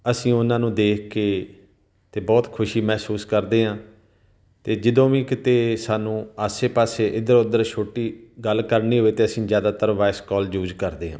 ਅਸੀਂ ਉਹਨਾਂ ਨੂੰ ਦੇਖ ਕੇ ਅਤੇ ਬਹੁਤ ਖੁਸ਼ੀ ਮਹਿਸੂਸ ਕਰਦੇ ਹਾਂ ਅਤੇ ਜਦੋਂ ਵੀ ਕਿਤੇ ਸਾਨੂੰ ਆਸੇ ਪਾਸੇ ਇੱਧਰ ਉੱਧਰ ਛੋਟੀ ਗੱਲ ਕਰਨੀ ਹੋਵੇ ਤਾਂ ਅਸੀਂ ਜ਼ਿਆਦਾਤਰ ਵੋਇਸ ਕਾਲ ਯੂਜ ਕਰਦੇ ਹਾਂ